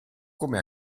come